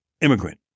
immigrant